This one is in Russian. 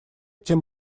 тем